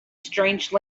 strange